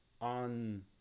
on